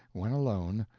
when alone,